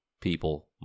people